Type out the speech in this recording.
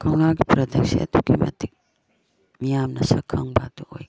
ꯀꯧꯅꯥꯒꯤ ꯄ꯭ꯔꯗꯛꯁꯦ ꯑꯗꯨꯛꯀꯤ ꯃꯇꯤꯛ ꯃꯤꯌꯥꯝꯅ ꯁꯛ ꯈꯪꯕ ꯑꯗꯨ ꯑꯣꯏꯈꯤ